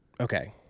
Okay